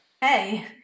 Hey